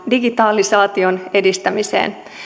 digitalisaation edistämiseen